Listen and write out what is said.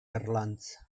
erlanz